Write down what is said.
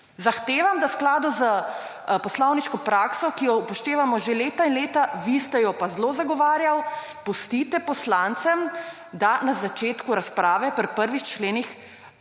Zahtevam, da v skladu s poslovniško prakso, ki jo upoštevamo že leta in leta, vi ste jo pa zelo zagovarjal, pustite poslancem, da na začetku razprave pri prvih členih